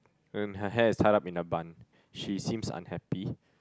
and her hair is tied up in a bun she seems unhappy